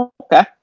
Okay